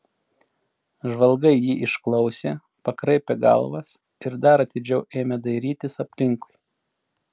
žvalgai jį išklausė pakraipė galvas ir dar atidžiau ėmė dairytis aplinkui